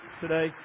today